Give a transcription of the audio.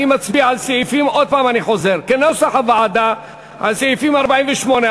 להצבעה כנוסח הוועדה על סעיפים: 48,